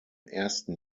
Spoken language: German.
ersten